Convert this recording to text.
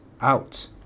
Out